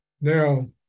Now